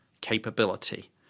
capability